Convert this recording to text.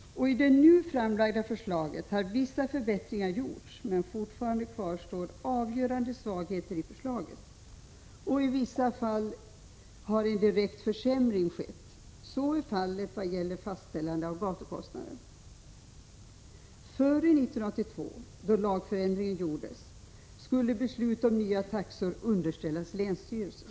I det nu framlagda förslaget har vissa förbättringar gjorts, men fortfarande kvarstår avgörande svagheter i förslaget. Och ibland har en direkt försämring Prot. 1986/87:36 «skett. Så är fallet vad gäller fastställande av gatukostnader. Före 1982, då 26 november 1986 lagändringen gjordes, skulle beslut om nya taxor underställas länsstyrelsen.